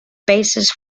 basis